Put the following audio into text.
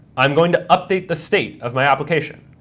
i'm going to update the state of my application,